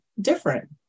different